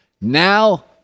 Now